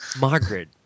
Margaret